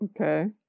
okay